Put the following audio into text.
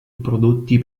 prodotti